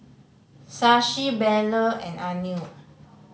Shashi Bellur and Anil